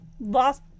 lost